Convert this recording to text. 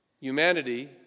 humanity